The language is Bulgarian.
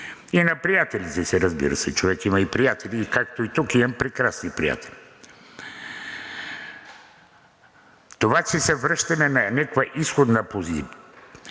и на приятелите си, разбира се. Човек има и приятели, както и тук имам прекрасни приятели. Това, че се връщаме на някоя изходна позиция.